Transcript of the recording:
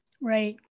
Right